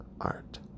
art